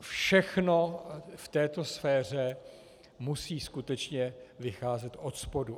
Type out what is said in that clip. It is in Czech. Všechno v této sféře musí skutečně vycházet odspodu.